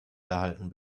erhalten